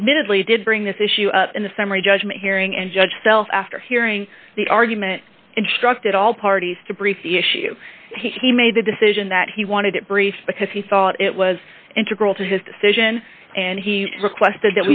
admittedly did bring this issue up in the summary judgment hearing and judge self after hearing the argument instructed all parties to brief the issue he made the decision that he wanted to brief because he thought it was integral to his decision and he requested